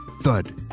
Thud